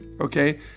Okay